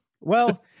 Well-